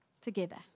together